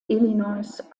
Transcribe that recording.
illinois